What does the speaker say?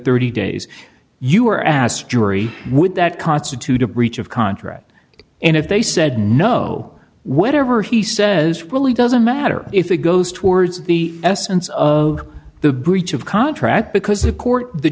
thirty days you were asked jerry would that constitute a breach of contract and if they said no whatever he says will doesn't matter if it goes towards the essence of the breach of contract because the court the